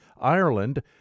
Ireland